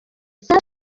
sifa